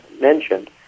mentioned